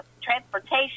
transportation